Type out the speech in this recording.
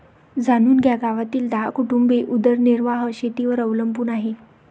जाणून घ्या गावातील दहा कुटुंबे उदरनिर्वाह शेतीवर अवलंबून आहे